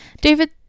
David